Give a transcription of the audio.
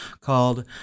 called